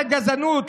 זאת גזענות.